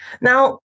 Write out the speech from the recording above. Now